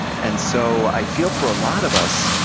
and so i feel for a lot of us,